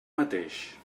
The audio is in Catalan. mateix